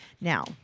now